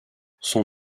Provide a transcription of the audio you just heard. son